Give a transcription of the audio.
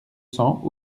cents